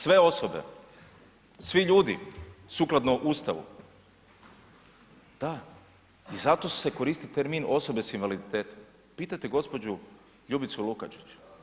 Sve osobe, svi ljudi sukladno Ustavu, da i zato se koristi termin osobe s invaliditetom, pitajte gospođu Ljubicu Lukačić.